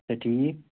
أتی